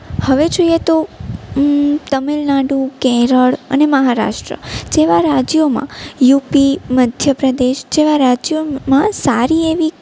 હવે જોઈએ તો તમિલનાડુ કેરળ અને મહારાષ્ટ્ર જેવાં રાજ્યોમાં યુપી મધ્ય પ્રદેશ જેવાં રાજ્યોમાં સારી એવી